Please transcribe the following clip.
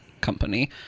company